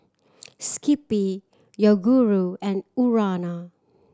Skippy Yoguru and Urana